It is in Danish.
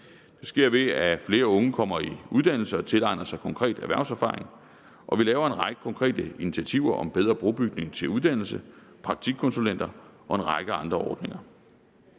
Det sker, ved at flere unge kommer i uddannelse og tilegner sig konkret erhvervserfaring. Vi laver en række konkrete initiativer om bedre brobygning til uddannelse, praktikkonsulenter og en række andre ordninger.